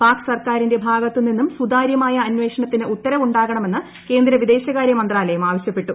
pack സർക്കാറിന്റെ ഭാഗത്തു നിന്നും സുതാര്യമായ അന്വേഷണത്തിന് ഉത്തരവുണ്ടാകണ മെന്ന് കേന്ദ്ര വിദേശകാരൃ മന്ത്രാലയം ആവശ്യപ്പെട്ടു